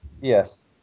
Yes